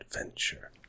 adventure